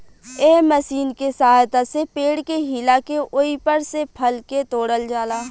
एह मशीन के सहायता से पेड़ के हिला के ओइपर से फल के तोड़ल जाला